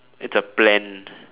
it's a plan